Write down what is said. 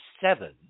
seven